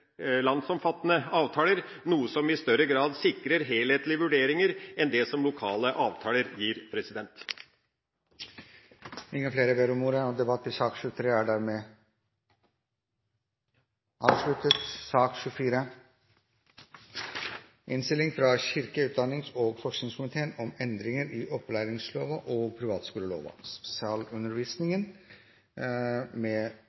landsomfattende avtaler, noe som i større grad sikrer helhetlige vurderinger enn det som lokale avtaler gir. Flere har ikke bedt om ordet til sak nr. 23. Etter ønske fra kirke-, utdannings- og forskningskomiteen vil presidenten foreslå at taletiden begrenses til 40 minutter og fordeles med